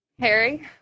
Harry